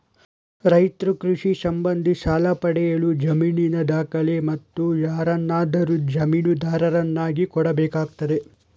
ರೈತ್ರು ಕೃಷಿ ಸಂಬಂಧಿ ಸಾಲ ಪಡೆಯಲು ಜಮೀನಿನ ದಾಖಲೆ, ಮತ್ತು ಯಾರನ್ನಾದರೂ ಜಾಮೀನುದಾರರನ್ನಾಗಿ ಕೊಡಬೇಕಾಗ್ತದೆ